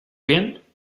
bien